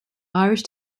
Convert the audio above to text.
irish